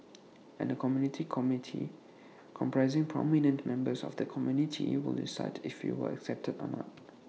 and A community committee comprising prominent members of that community will decide if you were accepted or not